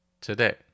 today